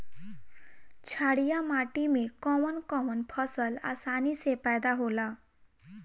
छारिया माटी मे कवन कवन फसल आसानी से पैदा होला?